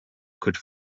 could